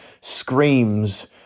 screams